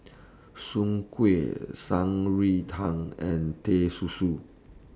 Soon Kuih Shan Rui Tang and Teh Susu